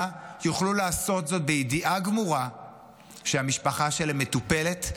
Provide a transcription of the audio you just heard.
יוכלו לעשות זאת בידיעה גמורה שהמשפחה שלהם מטופלת,